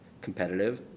competitive